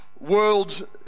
world